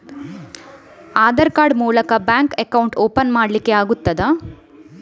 Aadhaar card ಮೂಲಕ bank account open ಮಾಡಲಿಕ್ಕೆ ಆಗುತಾ?